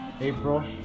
April